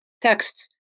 texts